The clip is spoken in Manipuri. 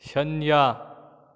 ꯁꯟꯅ꯭ꯌꯥ